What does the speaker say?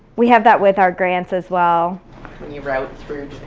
we have that with our grants as well. when you route through